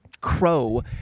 crow